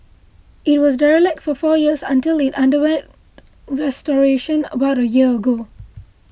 it was derelict for four years until it underwent restoration about a year ago